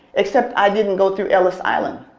except i didn't go through ellis island.